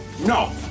No